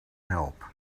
help